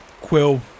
Quill